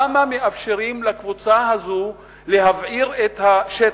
למה מאפשרים לקבוצה הזאת להבעיר את השטח?